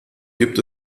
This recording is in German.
gibt